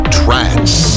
trance